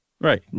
Right